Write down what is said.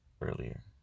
earlier